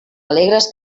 alegres